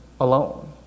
alone